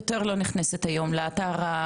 תחסכי ממני.